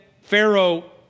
Pharaoh